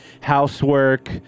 housework